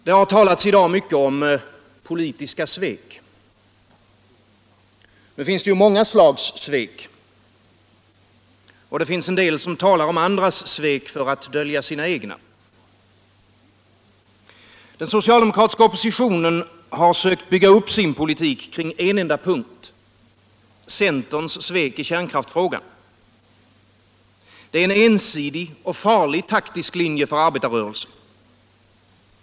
Herr talman! Det har i dag talats mycket om politiska svek. Nu finns det ju många slags svek. En del talar om andras svek för att dölja sina egna. Den socialdemokratiska oppositionen har sökt bygga upp sin politik kring en enda punkt: centerns svek i kärnkraftsfrågan. Det är en ensidig och farlig taktisk linje för arbetarrörelsen.